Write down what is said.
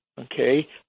Okay